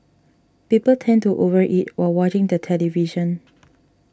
people tend to over eat while watching the television